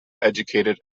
educated